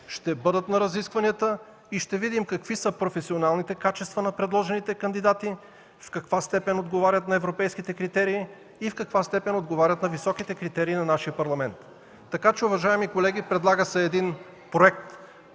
ще бъдат на разискванията и ще видим какви са професионалните качества на предложените кандидати, в каква степен отговарят на европейските критерии и в каква степен отговарят на високите критерии на нашия Парламент. Уважаеми колеги, предлага се един Законопроект